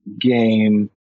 game